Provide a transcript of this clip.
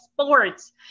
sports